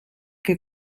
que